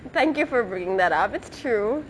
thank you for bringing that up it's true